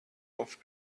off